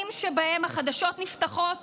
בימים שבהם החדשות נפתחות